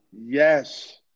Yes